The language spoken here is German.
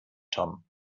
tom